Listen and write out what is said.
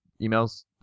emails